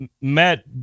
Matt